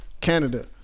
Canada